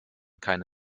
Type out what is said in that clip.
keine